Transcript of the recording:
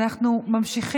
ברשותכם, אנחנו ממשיכים